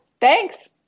thanks